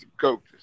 coaches